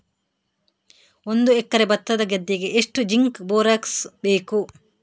ಒಂದು ಎಕರೆ ಭತ್ತದ ಗದ್ದೆಗೆ ಎಷ್ಟು ಜಿಂಕ್ ಬೋರೆಕ್ಸ್ ಬೇಕು?